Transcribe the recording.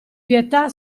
pietà